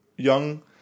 Young